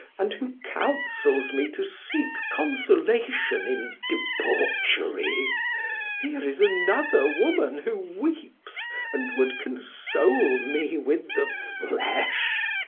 and who counsels me to seek consolation in debauchery here is another woman who weeps and would console me with the flesh